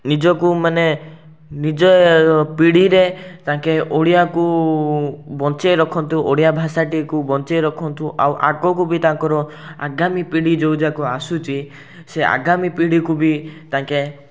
ନିଜକୁ ମାନେ ନିଜ ପିଢ଼ିରେ ତାଙ୍କେ ଓଡ଼ିଆକୁ ବଞ୍ଚେଇ ରଖନ୍ତୁ ଓଡ଼ିଆ ଭାଷାଟିକୁ ବଞ୍ଚେଇ ରଖନ୍ତୁ ଆଉ ଆଗକୁ ବି ତାଙ୍କର ଆଗାମୀ ପିଢ଼ି ଯେଉଁ ଯାକ ଆସୁଛି ସେ ଆଗାମୀ ପିଢ଼ିକୁ ବି ତାଙ୍କେ